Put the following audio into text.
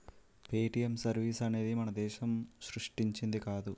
Paytm service అనేది మన దేశం సృష్టించింది కాదు